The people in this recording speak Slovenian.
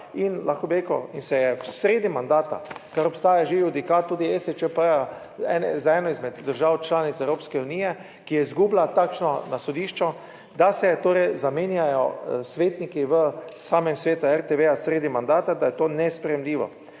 in se je sredi mandata, ker obstaja že judikat tudi ESČP z eno izmed držav članic Evropske unije, ki je izgubila takšno na sodišču, da se torej zamenjajo svetniki v samem svetu RTV sredi mandata, da je to nesprejemljivo.